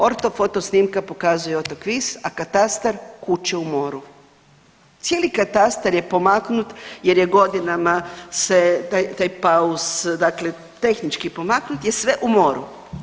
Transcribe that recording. Ortofoto snimka pokazuje otok Vis, a katastar kuću u moru, cijeli katastar je pomaknut jer je godinama se taj, taj … [[Govornik se ne razumije]] dakle tehnički pomaknut je sve u moru.